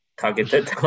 targeted